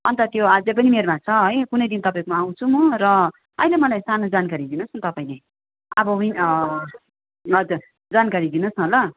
अन्त त्यो अझै पनि मेरोमा छ है कुनै दिन तपाईँकोमा आउँछु म र अहिले मलाई सानो जानकारी दिनु होस् न तपाईँले अब ल हजुर जानकारी दिनु होस् न ल